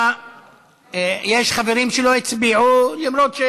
שפוצל מהצעת חוק התוכנית הכלכלית (תיקוני חקיקה